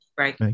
Right